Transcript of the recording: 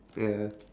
ya